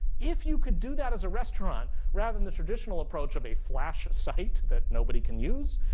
if you could do that as a restaurant rather than the traditional approach of a flash site that nobody can use,